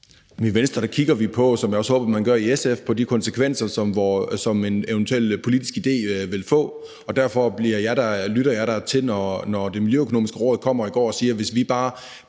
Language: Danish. man gør i SF, på de konsekvenser, som en eventuel politisk idé vil få. Derfor lytter jeg da til det, når Det Miljøøkonomiske Råd i går kommer og siger, at hvis vi bare